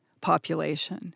population